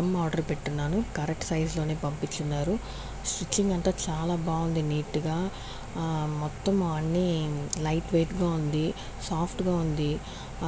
ఎం order పెట్టి ఉన్నాను correct సైజులోనే పంపించినారు స్టిచ్చింగ్ అంత చాలా బాగుంది నీట్గా మొత్తం అన్ని లైట్ వెయిట్గా ఉంది సాఫ్ట్గా ఉంది